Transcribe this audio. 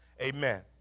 Amen